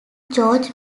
george